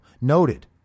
noted